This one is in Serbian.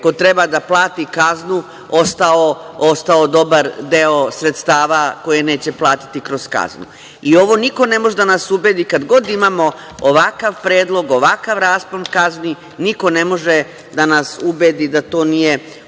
ko treba da plati kaznu, ostao dobar deo sredstava koje neće platiti kroz kaznu.U ovo niko ne može da nas ubedi, kada god imamo ovakav predlog, ovakav raspon kazni, niko ne može da nas ubedi da to nije osnov